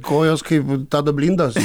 kojos kaip tado blindos